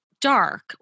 dark